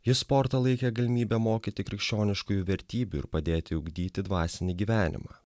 jis sportą laikė galimybe mokyti krikščioniškųjų vertybių ir padėti ugdyti dvasinį gyvenimą